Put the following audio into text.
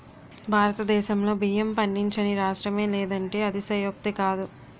భారతదేశంలో బియ్యం పండించని రాష్ట్రమే లేదంటే అతిశయోక్తి కాదు